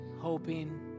hoping